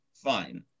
fine